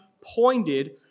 pointed